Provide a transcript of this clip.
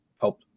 help